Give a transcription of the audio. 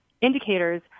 indicators